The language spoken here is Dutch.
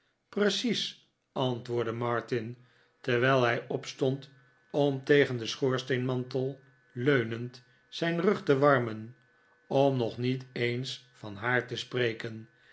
precies antwoordde martin terwijl hij opstond om tegen den schoorsteenmantel leunend zijn rug te warmen om nog niet eens van haar te spreken